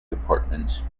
departments